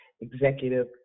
executive